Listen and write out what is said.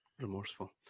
remorseful